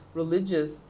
religious